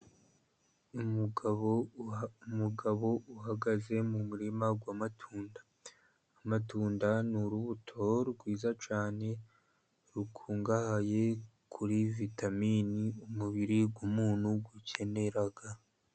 Umugabo uhagaze mu murima w'amatunda. Amadunda ni urubuto rwiza cyane, rukungahaye kuri vitamini umubiri w'umuntu ukenera.